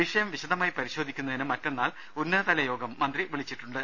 വിഷയം വിശദമായി പരിശോധിക്കുന്നതിന് മറ്റന്നാൾ ഉന്നതതല യോഗം മന്ത്രി വിളിച്ചിട്ടുണ്ട്